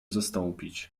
zastąpić